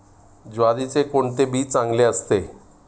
ज्वारीचे कोणते बी चांगले असते?